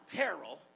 peril